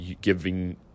giving